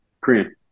Korean